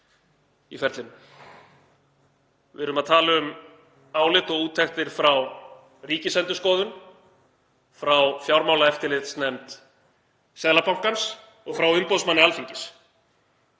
í ferlinu. Við erum að tala um álit og úttektir frá Ríkisendurskoðun, frá fjármálaeftirlitsnefnd Seðlabankans og frá umboðsmanni Alþingis.